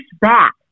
back